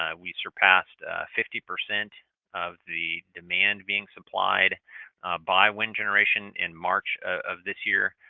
ah we surpassed fifty percent of the demand being supplied by wind generation in march of this year.